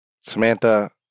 Samantha